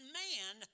man